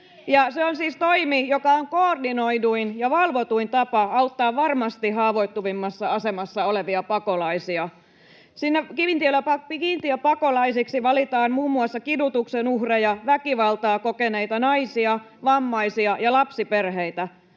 Se on siis toimi, joka on koordinoiduin ja valvotuin tapa auttaa varmasti haavoittuvimmassa asemassa olevia pakolaisia. Kiintiöpakolaisiksi valitaan muun muassa kidutuksen uhreja, väkivaltaa kokeneita naisia, vammaisia ja lapsiperheitä,